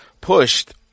pushed